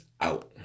out